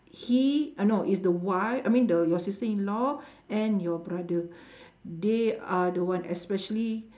he uh no is the wif~ I mean the your sister-in-law and your brother they are the one especially